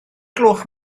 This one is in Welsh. gloch